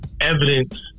evidence